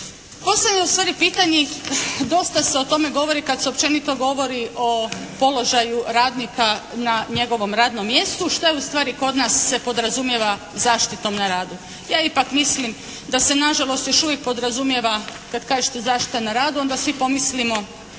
Posebno je u stvari pitanje, dosta se o tome govori kad se općenito govori o položaju radnika na njegovom radnom mjestu, šta se ustvari kod nas podrazumijeva zaštitom na radu? Ja ipak mislim da se nažalost još uvijek podrazumijeva kad kažete zaštita na radu, onda svi pomislimo